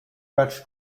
butch